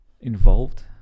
involved